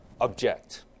object